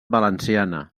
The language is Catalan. valenciana